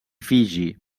fiji